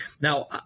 Now